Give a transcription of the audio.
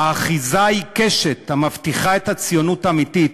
האחיזה העיקשת המבטיחה את הציונות האמיתית,